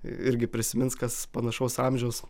irgi prisimins kas panašaus amžiaus